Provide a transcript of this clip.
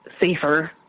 safer